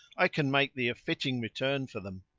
i can make thee a fitting return for them.